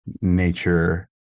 nature